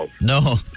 No